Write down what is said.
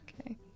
Okay